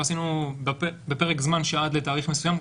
ועשינו פרק זמן עד לתאריך מסוים.